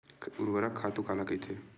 ऊर्वरक खातु काला कहिथे?